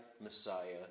Messiah